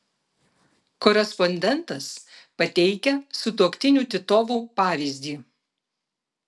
korespondentas pateikia sutuoktinių titovų pavyzdį